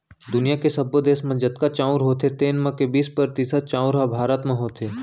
दुनियॉ के सब्बो देस म जतका चाँउर होथे तेन म के बीस परतिसत चाउर ह भारत म होथे